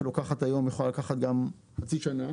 שיכולה לקחת היום גם חצי שנה,